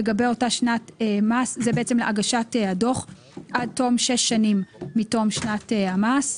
לגבי אותה שנת מס זאת בעצם הגשת הדוח - עד תום שש שנים מתום שנת המס".